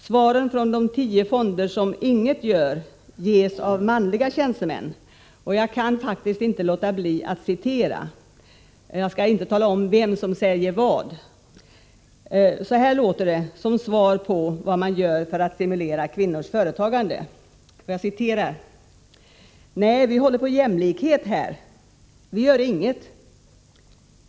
Svaren från de tio fonder som inget gör ges av manliga tjänstemän, och jag kan faktiskt inte låta bli att citera deras svar. Jag skallinte tala om vem som säger vad. Så här låter det som svar på vad man gör för att stimulera kvinnors företagande. ”Nej, vi håller på jämlikheten här! Vi gör inget!